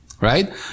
Right